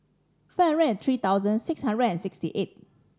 five hundred and three thousand six hundred and sixty eight